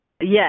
Yes